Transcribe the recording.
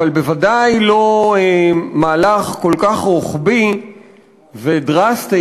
אבל בוודאי לא מהלך כל כך רוחבי ודרסטי,